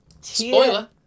Spoiler